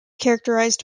characterized